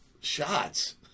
shots